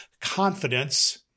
confidence